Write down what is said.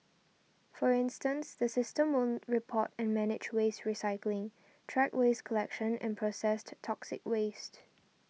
for instance the system will report and manage waste recycling track waste collection and processed toxic waste